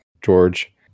george